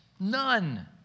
none